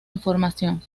información